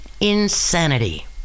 insanity